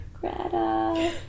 Greta